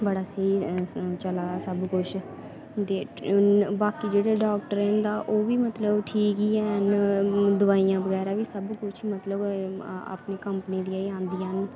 बड़ा स्हेई चला दा सब कुछ ते बाकी जेह्ड़े डाक्टर हैन तां ओह् बी मतलब ठीक ही हैन दवाइयां बगैरा बी सब किश मतलब अपनी कंपनियां दियां ही आंदियां न